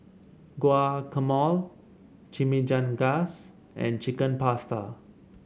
Guacamole Chimichangas and Chicken Pasta